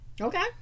Okay